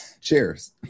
cheers